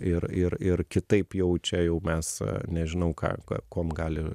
ir ir ir kitaip jau čia jau mes nežinau ką kuom gali